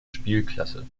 spielklasse